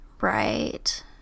Right